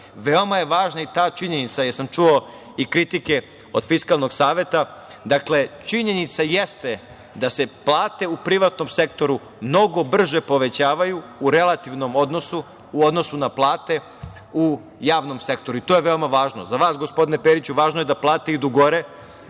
veoma je važna i ta činjenica, jer sam čuo i kritike od Fiskalnog saveta, dakle, činjenica jeste da se plate u privatnom sektoru mnogo brže povećavaju u relativnom odnosu u odnosu na plate u javnom sektoru. I to je veoma važno. Za vas, gospodine Periću, važno je da plate idu gore,